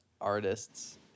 artists